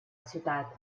ciutat